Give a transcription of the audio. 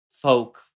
folk